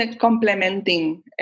complementing